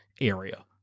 area